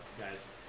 guys